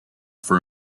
for